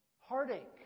heartache